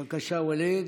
בבקשה, ווליד.